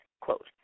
quote